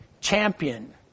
champion